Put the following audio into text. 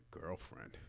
girlfriend